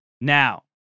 Now